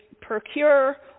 procure